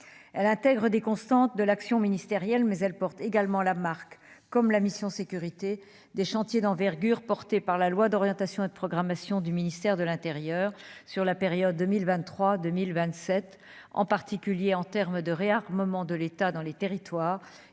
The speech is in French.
elle intègre des constantes de l'action ministérielle, mais elle porte également la marque comme la mission sécurité des chantiers d'envergure, portés par la loi d'orientation et de programmation du ministère de l'Intérieur, sur la période 2023 2027, en particulier en terme de réarmement de l'État dans les territoires